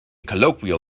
colloquial